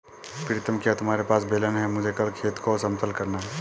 प्रीतम क्या तुम्हारे पास बेलन है मुझे कल खेत को समतल करना है?